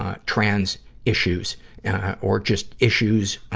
ah, trans issues or just issues, ah,